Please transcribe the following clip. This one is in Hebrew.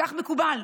כך מקובל.